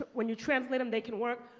when you translate them they can work,